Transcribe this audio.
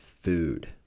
Food